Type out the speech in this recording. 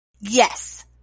Yes